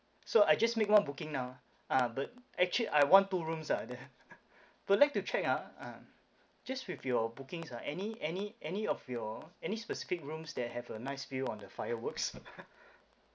so I just make one booking now ah but actually I want two rooms ah the but like to check ah uh just with your bookings ah any any any of your any specific rooms that have a nice view on the fireworks